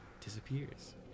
disappears